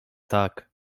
tak